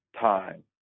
time